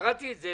קראתי את זה,